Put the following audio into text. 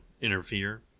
interfere